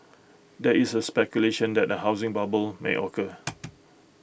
there is A speculation that A housing bubble may occur